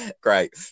Great